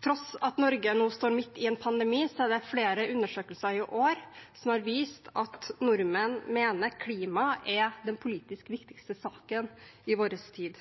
tross for at Norge nå står midt i en pandemi, er det flere undersøkelser i år som har vist at nordmenn mener at klimaet er den politisk sett viktigste saken i vår tid.